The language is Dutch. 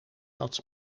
had